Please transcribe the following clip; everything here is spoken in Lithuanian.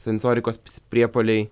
sensorikos ps priepuoliai